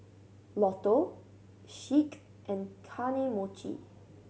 Lotto Schick and Kane Mochi